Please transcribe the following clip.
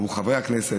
עבור חברי הכנסת,